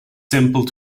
simple